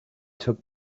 took